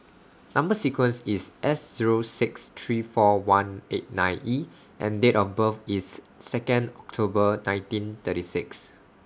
Number sequence IS S Zero six three four one eight nine E and Date of birth IS Second October nineteen thirty six